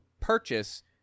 purchase